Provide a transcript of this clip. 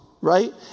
right